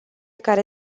care